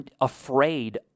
afraid